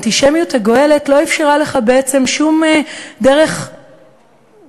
האנטישמיות הגואלת לא אפשרה לך בעצם שום דרך לא